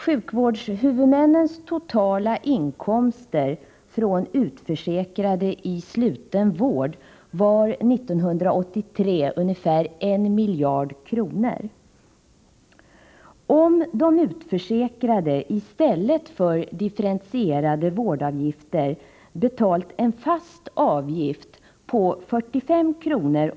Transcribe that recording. Sjukvårdshuvudmännens totala inkomster från utförsäkrade i sluten vård var 1983 ungefär 1 miljard kronor. Om de utförsäkrade i stället för differentierade vårdavgifter hade betalat en fast avgift på 45 kr.